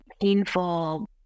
painful